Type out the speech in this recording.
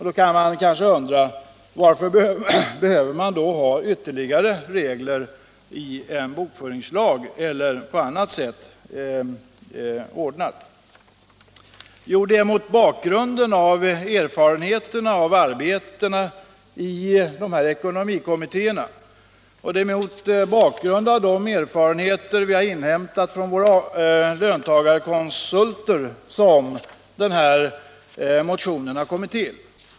Då kan man kanske undra: Varför behövs det då ytterligare regler i en bokföringslag eller på annat sätt? Ja, det är mot bakgrund av erfarenheterna av arbetet i ekonomikommittéerna och mot bakgrund av de erfarenheter som löntagarkonsulterna gjort som motionen kommit till.